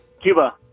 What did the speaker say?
Cuba